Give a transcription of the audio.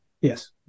Yes